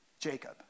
Jacob